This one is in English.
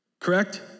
Correct